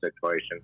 situation